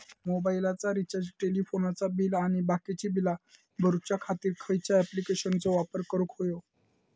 मोबाईलाचा रिचार्ज टेलिफोनाचा बिल आणि बाकीची बिला भरूच्या खातीर खयच्या ॲप्लिकेशनाचो वापर करूक होयो?